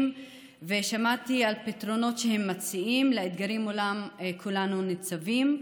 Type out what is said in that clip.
ושמעתי על פתרונות שהם מציעים לאתגרים שמולם כולנו ניצבים.